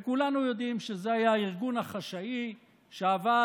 כולנו יודעים שזה היה הארגון החשאי שעבד